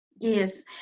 yes